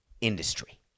industry